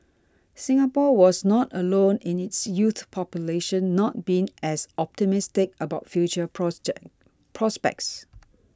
Singapore was not alone in its youth population not being as optimistic about future prospects